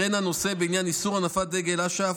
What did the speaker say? וכן הנושא של איסור הנפת דגל אש"ף.